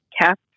cap